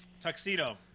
Tuxedo